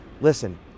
listen